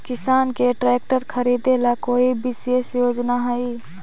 किसान के ट्रैक्टर खरीदे ला कोई विशेष योजना हई?